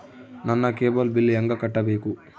ನನ್ನ cable bill ಹೆಂಗ ಕಟ್ಟಬೇಕು?